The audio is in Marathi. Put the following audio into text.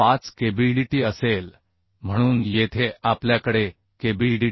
5क kbdt असेल म्हणून येथे आपल्याकडे kbdt